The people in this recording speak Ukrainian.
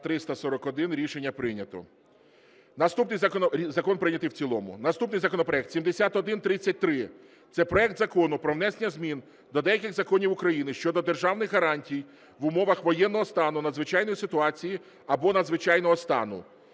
прийнято. Закон прийнятий в цілому. Наступний законопроект – 7133. Це проект Закону про внесення змін до деяких законів України щодо державних гарантій в умовах воєнного стану, надзвичайної ситуації або надзвичайного стану.